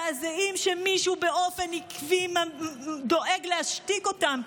שמישהו באופן עקבי דואג להשתיק אותם.